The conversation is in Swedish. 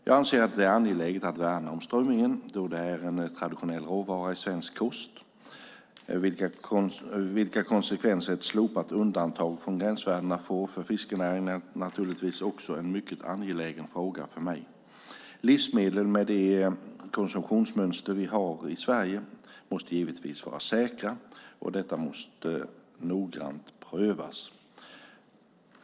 Jag anser att det är angeläget att värna om strömmingen då det är en traditionell råvara i svensk kost. Vilka konsekvenser ett slopat undantag från gränsvärdena får för fiskerinäringen är naturligtvis också en mycket angelägen fråga för mig. Livsmedel, med de konsumtionsmönster vi har i Sverige, måste givetvis vara säkra, och detta måste noggrant prövas.